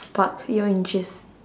spark your interest